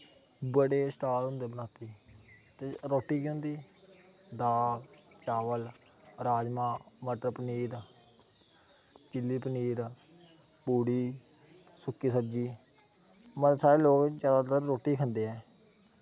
बड़े स्टाल होंदे बराती दे रोटी बी होंदी दाल चावल राजमाह् मटर पनीर चिल्ली पनीर पूड़ी सुक्की सब्जी मते सारे लोग जदै रुट्टी खंदे न